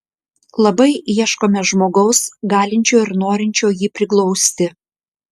labai ieškome žmogaus galinčio ir norinčio jį priglausti